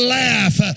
laugh